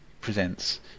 presents